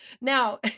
now